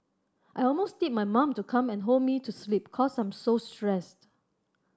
I almost need my mom to come and hold me to sleep cause I'm so stressed